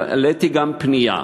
העליתי גם פנייה: